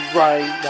right